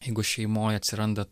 jeigu šeimoj atsiranda